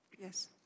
Yes